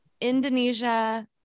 Indonesia